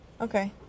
Okay